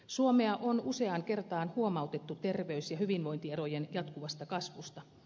suomea on useaan kertaan huomautettu terveys ja hyvinvointierojen jatkuvasta kasvusta